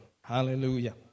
Hallelujah